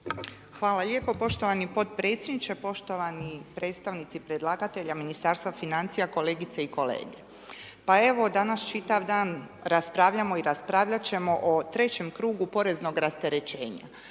Hvala lijepo. Poštovani potpredsjedniče, poštovani predstavnici predlagatelja, Ministarstva financija, kolegice i kolege. Pa evo, danas čitav dan raspravljamo i raspravljati ćemo o trećem krugu poreznog rasterećenja.